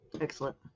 excellent